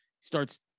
starts